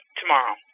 tomorrow